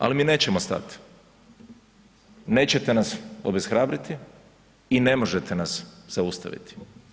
Ali mi nećemo stati, nećete nas obeshrabriti i ne možete nas zaustaviti.